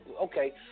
Okay